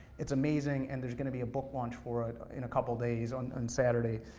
it's amazing, and there's gonna be a book launch for it in a couple days, on and saturday,